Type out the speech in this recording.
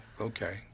okay